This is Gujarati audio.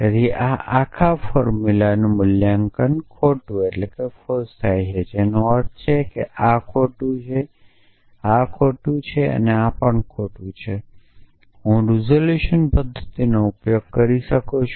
તેથી આ આખા ફોર્મુલાનું મૂલ્ય ખોટુ થાય છે જેનો અર્થ છે કે આ ખોટું છે જેનો અર્થ છે કે આ પણ ખોટું છે અને આ પણ ખોટું છે હું રિઝોલ્યુશન પદ્ધતિનો ઉપયોગ કરી શકું